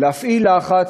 להפעיל לחץ,